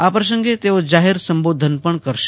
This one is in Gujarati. આ પ્રસગ તેઓ જાહેર સાંબોધન પણ કરશે